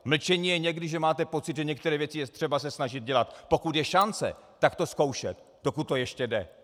Mlčení je někdy, že máte pocit, že některé věci je třeba se snažit dělat, pokud je šance, tak to zkoušet, dokud to ještě jde.